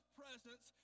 presence